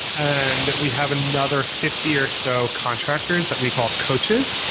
and we have another fifty or so contractors that we call coaches.